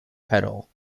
pedal